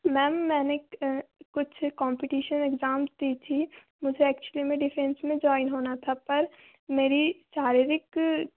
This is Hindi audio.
मैम मैंने कुछ कॉम्पटिशन एग्ज़ाम्स दी थी मुझे एक्चुअली में डिफेंस में ज्वाइन होना था पर मेरी शारीरिक